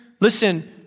Listen